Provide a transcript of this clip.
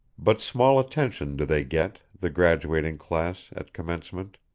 but small attention do they get, the graduating class, at commencement.